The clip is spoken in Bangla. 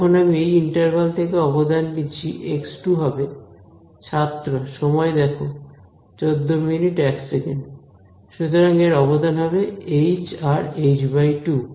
যখন আমি এই ইন্টারভাল থেকে অবদান নিচ্ছি x2 হবে সুতরাং এর অবদান হবে এইচ আর h2